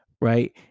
right